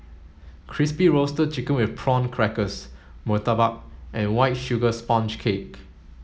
crispy roasted chicken with prawn crackers Murtabak and white sugar sponge cake